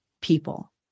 people